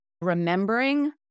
remembering